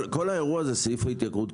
כל האירוע זה סעיף ההתייקרות.